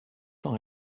sans